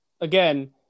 again